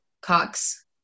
Cox